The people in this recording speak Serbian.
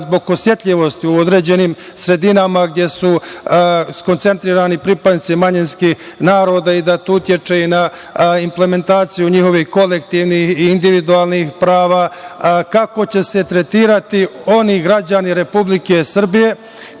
zbog osetljivosti u određenim sredinama gde su skoncentrisani pripadnici manjinskih naroda i da to utiče i na implementaciju njihovih kolektivnih i individualnih prava, kako će se tretirati oni građani Republike Srbije